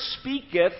speaketh